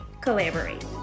collaborate